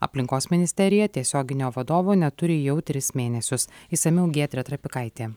aplinkos ministerija tiesioginio vadovo neturi jau tris mėnesius išsamiau giedrė trapikaitė